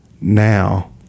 now